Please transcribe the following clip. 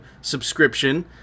subscription